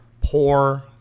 Poor